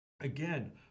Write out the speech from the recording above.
Again